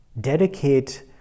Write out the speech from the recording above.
dedicate